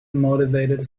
motivated